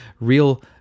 real